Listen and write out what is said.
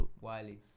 Wiley